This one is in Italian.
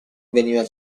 veniva